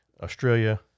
Australia